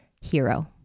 Hero